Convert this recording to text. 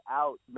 out